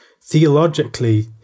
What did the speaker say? theologically